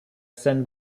sin